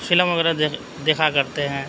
film وغیرہ دیکھ دیکھا کرتے ہیں